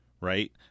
right